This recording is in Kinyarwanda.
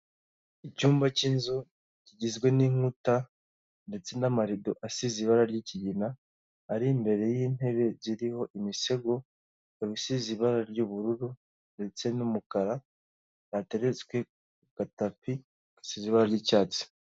Icyumba cy'inzu kigizwe n'inkuta ndetse n'amarido asize ibara ry'ikigina ari imbere y'intebe ziriho imisego, ikaba isize ibara ry'ubururu ndetse n'umukara yateretswe ku gatapi gasize ibara ry'icyatsi.